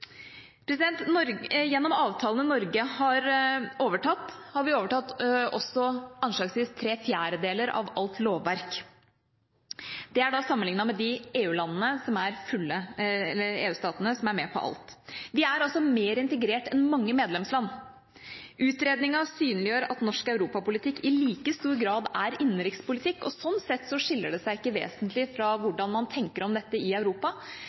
Gjennom avtalene Norge har overtatt, har vi også overtatt anslagsvis tre fjerdedeler av alt lovverk. Det er sammenliknet med de EU-statene som er med på alt. Vi er altså mer integrert enn mange medlemsland. Utredningen synliggjør at norsk europapolitikk i like stor grad er innenrikspolitikk, og sånn sett skiller den seg ikke vesentlig fra hvordan man tenker om dette i Europa.